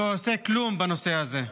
שלא עושה כלום בנושא הזה.